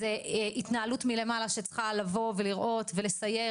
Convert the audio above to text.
זה התנהלות מלמעלה שצריכה לבוא ולראות ולסייר